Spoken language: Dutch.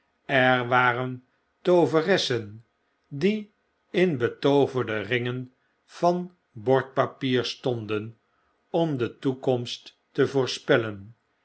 er waren tooveressen die in betooverde ringen van bordpapier stonden om de toekomst te voorspellen